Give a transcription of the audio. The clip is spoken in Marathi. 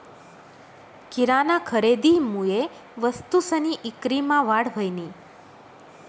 किराना खरेदीमुये वस्तूसनी ईक्रीमा वाढ व्हयनी